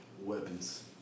weapons